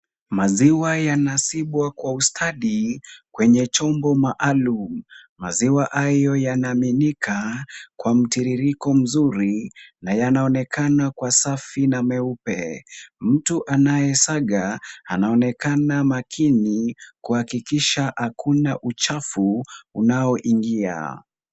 Maziwa yanasibwa kwa ustadi kwenye chombo maalum, maziwa hayo yanamiminika kwa mtiririko mzuri na yanaonekana kuwa safi na meupe. Mtu anayesaga anaonekana makini kuhakikisha hakuna uchafu unaoingia.